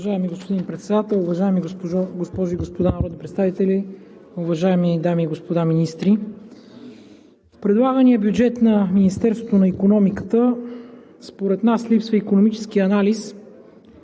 Уважаеми господин Председател, уважаеми госпожи и господа народни представители, уважаеми дами и господа министри! В предлагания бюджет на Министерството на икономиката според нас липсва икономически анализ